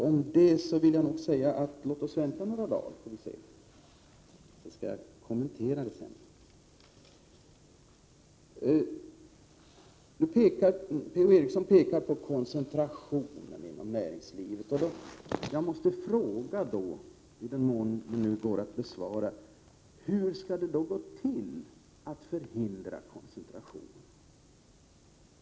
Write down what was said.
Om det säger jag: Låt oss vänta och se några dagar så skall jag kommentera det sedan. Per-Ola Eriksson pekar på koncentrationen inom näringslivet, och jag måste fråga, i den mån det nu går att besvara: Hur skall det gå till att förhindra koncentration?